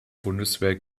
bundeswehr